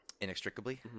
inextricably